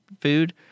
food